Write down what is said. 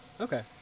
Okay